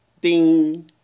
Ding